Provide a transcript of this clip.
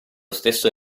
stesso